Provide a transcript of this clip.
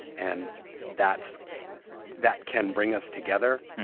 and that's that can bring us together.